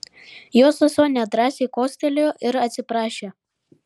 jo sesuo nedrąsai kostelėjo ir atsiprašė